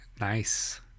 Nice